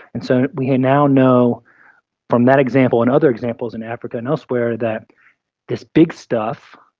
and so we now know from that example and other examples in africa and elsewhere that this big stuff,